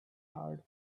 hard